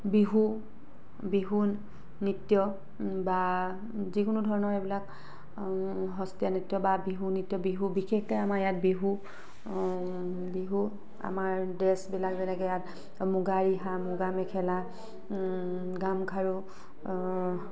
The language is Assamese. বিহু বিহু বিহু নৃত্য বা যিকোনো ধৰণৰ এইবিলাক সত্ৰীয়া নৃত্য বা বিহু নৃত্য বিশেষকৈ আমাৰ ইয়াত বিহু বিহু আমাৰ ড্ৰেছবিলাক যেনেকৈ মুগা ৰিহা মুগা মেখেলা গাম খাৰু